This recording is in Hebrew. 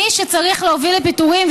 מי שצריך להוביל לפיטורים,